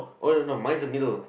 oh no no mine is the middle